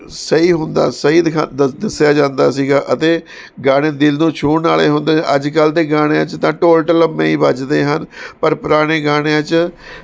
ਸਹੀ ਹੁੰਦਾ ਸਹੀ ਦਿਖਾ ਦੱਸਿਆ ਜਾਂਦਾ ਸੀਗਾ ਅਤੇ ਗਾਣੇ ਦਿਲ ਨੂੰ ਛੂਹਣ ਵਾਲੇ ਹੁੰਦੇ ਅੱਜ ਕੱਲ੍ਹ ਦੇ ਗਾਣਿਆ 'ਚ ਤਾਂ ਢੋਲ ਢਲੱਮੇ ਹੀ ਵੱਜਦੇ ਹਨ ਪਰ ਪੁਰਾਣੇ ਗਾਣਿਆ 'ਚ